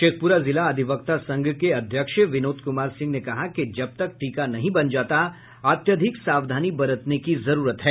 शेखप्रा जिला अधिवक्ता संघ के अध्यक्ष विनोद कुमार सिंह ने कहा कि जब तक टीका नहीं बन जाता अत्यधिक सावधानी बरतने की जरूरत है